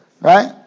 Right